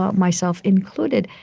ah myself included.